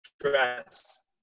stress